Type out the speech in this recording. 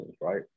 right